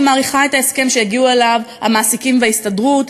אני מעריכה את ההסכם שהגיעו אליו המעסיקים וההסתדרות,